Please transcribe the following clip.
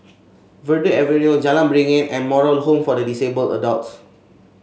Verde Avenue Jalan Beringin and Moral Home for Disabled Adults